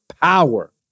power